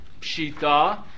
Pshita